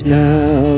now